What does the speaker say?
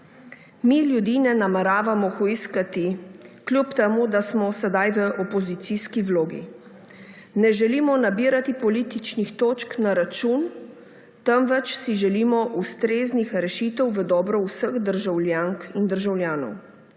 Mi ljudi ne nameravamo hujskati, kljub temu da smo sedaj v opozicijski vlogi. Ne želimo nabirati političnih točk na račun, temveč si želimo ustreznih rešitev v dobro vseh državljank in državljanov.